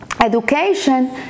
education